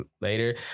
later